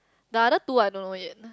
the other two I don't know yet